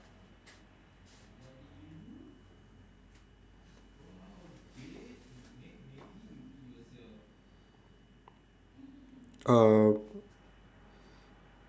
uh